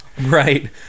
Right